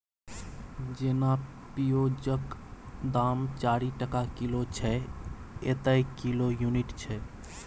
जेना पिओजक दाम चारि टका किलो छै एतय किलो युनिट छै